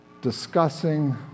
discussing